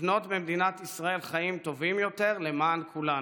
לבנות במדינת ישראל חיים טובים יותר למען כולנו,